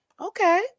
Okay